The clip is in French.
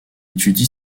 étudie